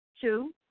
two